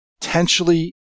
potentially